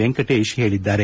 ವೆಂಕಟೇಶ್ ಹೇಳಿದ್ದಾರೆ